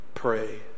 pray